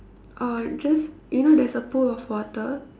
uh just you know there's a pool of water